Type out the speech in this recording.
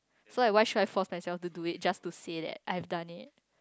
so like why should I force myself to do it just to say that I've done it